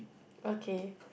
okay